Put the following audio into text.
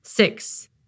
Six